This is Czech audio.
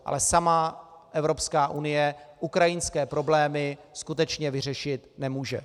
Ale sama Evropská unie ukrajinské problémy skutečně vyřešit nemůže.